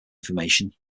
information